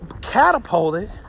catapulted